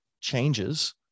changes